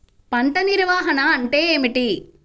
పంట నిర్వాహణ అంటే ఏమిటి?